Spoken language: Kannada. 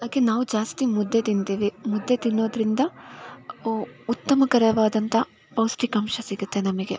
ಅದಕ್ಕೆ ನಾವು ಜಾಸ್ತಿ ಮುದ್ದೆ ತಿಂತೀವಿ ಮುದ್ದೆ ತಿನ್ನೋದರಿಂದ ಓ ಉತ್ತಮಕರವಾದಂಥ ಪೌಷ್ಠಿಕಾಂಶ ಸಿಗುತ್ತೆ ನಮಗೆ